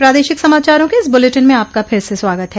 प्रादेशिक समाचारों के इस बुलेटिन में आपका फिर से स्वागत है